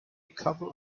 couple